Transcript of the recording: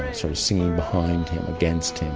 sort of singing behind him, against him,